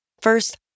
First